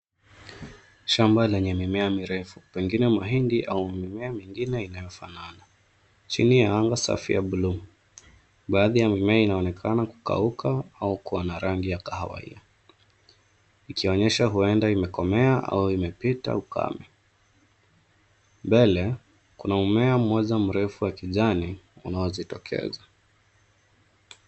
Shamba lenye mimea mirefu, pengine mahindi au mimea mingine inayofanana chini ya anga safu ya buluu. Baadhi ya mimea inaonekana kukauka au kuwa na rangi ya kahawia, ikionyesha huenda imekomea au imepita ukame. Mbele, kuna mmea mmoja mrefu wa kijani unaojitokeza.